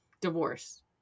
divorce